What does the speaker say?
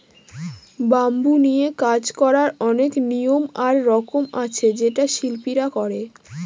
bamboo নিয়ে কাজ করার অনেক নিয়ম আর রকম আছে যেটা শিল্পীরা করে